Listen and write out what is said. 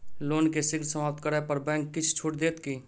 loan केँ शीघ्र समाप्त करै पर बैंक किछ छुट देत की